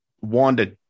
wanda